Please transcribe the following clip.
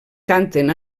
canten